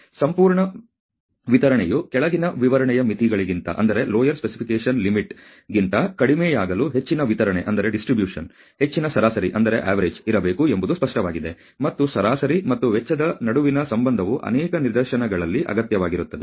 ಸಂಪೂರ್ಣ ವಿತರಣೆಯು ಕೆಳಗಿನ ವಿವರಣೆಯ ಮಿತಿಗಳಿಗಿಂತ ಕಡಿಮೆಯಾಗಲು ಹೆಚ್ಚಿನ ವಿತರಣೆ ಹೆಚ್ಚಿನ ಸರಾಸರಿ ಇರಬೇಕು ಎಂಬುದು ಸ್ಪಷ್ಟವಾಗಿದೆ ಮತ್ತು ಸರಾಸರಿ ಮತ್ತು ವೆಚ್ಚದ ನಡುವಿನ ಸಂಬಂಧವು ಅನೇಕ ನಿದರ್ಶನಗಳಲ್ಲಿ ಅತ್ಯಗತ್ಯವಾಗಿರುತ್ತದೆ